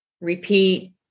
repeat